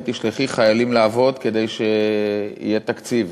תשלחי חיילים לעבוד כדי שיהיה תקציב,